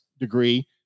degree